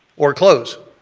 or close.